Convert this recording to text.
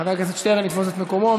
חבר הכנסת שטרן יתפוס את מקומו.